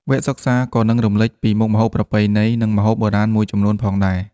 វគ្គសិក្សាក៏នឹងរំលេចពីមុខម្ហូបប្រពៃណី និងម្ហូបបុរាណមួយចំនួនផងដែរ។